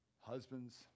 husbands